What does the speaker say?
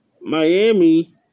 Miami